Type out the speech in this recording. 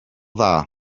dda